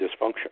dysfunction